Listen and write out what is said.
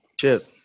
chip